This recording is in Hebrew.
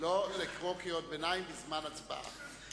הכנסת ג'מאל זחאלקה לא נתקבלה.